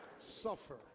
suffer